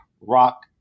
rock